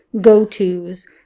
go-tos